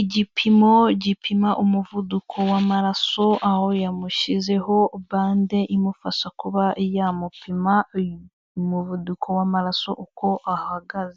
igipimo gipima umuvuduko w'amaraso, aho yamushyizeho bande imufasha kuba yamupima umuvuduko w'amaraso uko ahagaze.